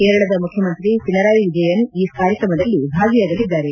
ಕೇರಳದ ಮುಖ್ಯಮಂತ್ರಿ ಪಿಣರಾಯ್ ಬಿಜಯನ್ ಈ ಕಾರ್ಯಕ್ರಮದಲ್ಲ ಭಾಗಿಯಾಗಅದ್ದಾರೆ